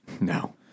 No